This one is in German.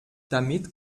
damit